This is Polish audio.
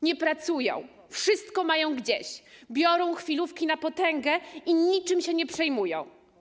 Nie pracują, wszystko mają gdzieś, biorą chwilówki na potęgę i niczym się nie przejmują.